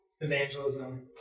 evangelism